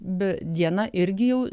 bet diena irgi jau